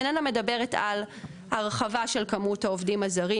איננה מדברת על הרחבה של כמות העובדים הזרים,